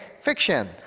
fiction